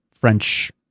French